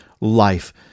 life